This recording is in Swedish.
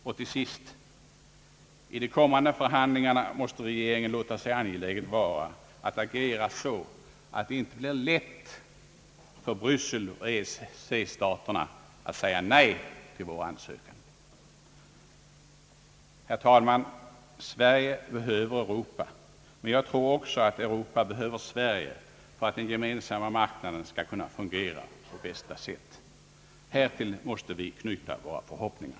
Och till sist: I de kommande förhandlingarna måste regeringen låta sig angeläget vara att agera så att det inte är lätt för Bryssel och EEC-staterna att säga nej till vår ansökan. Herr talman! Sverige behöver Europa, men jag tror också att Europa behöver Sverige för att den gemensamma marknaden skall kunna fungera på bästa sätt. Härtill måste vi knyta våra förhoppningar.